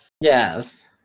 Yes